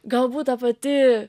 galbūt ta pati